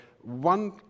one